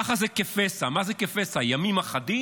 ככה זה כפסע, מה זה פסע, ימים אחדים?